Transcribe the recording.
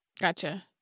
Gotcha